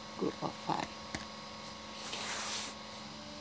group of five